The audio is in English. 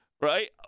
Right